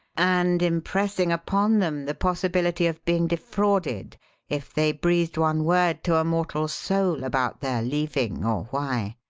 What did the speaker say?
and impressing upon them the possibility of being defrauded if they breathed one word to a mortal soul about their leaving or why.